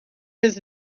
his